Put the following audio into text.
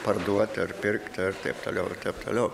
parduot ar pirkt ar taip toliau ar taip toliau